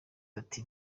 ati